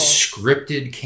scripted